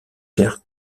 terre